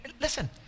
listen